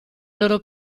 loro